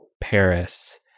Paris